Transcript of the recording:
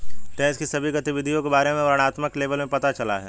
tax की सभी गतिविधियों के बारे में वर्णनात्मक लेबल में पता चला है